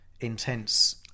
intense